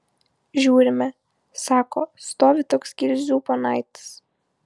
žiūrime sako stovi toks gilzių ponaitis